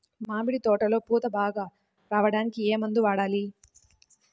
మామిడి తోటలో పూత బాగా రావడానికి ఏ మందు వాడాలి?